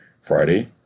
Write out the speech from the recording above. Friday